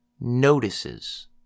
notices